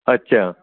अच्छा